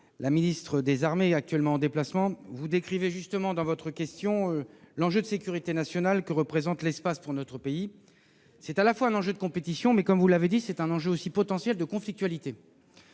la ministre des armées, qui est actuellement en déplacement. Vous décrivez fort justement dans votre question l'enjeu de sécurité nationale que représente l'espace pour notre pays. C'est à la fois un enjeu de compétition, mais aussi, comme vous l'avez dit, un enjeu potentiel de conflictualités.